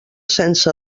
sense